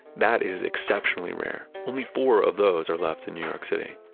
that is exceptionally rare. only four of those are left in new york city.